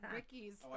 Ricky's